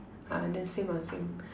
ah then same lah same